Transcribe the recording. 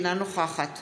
אינה נוכחת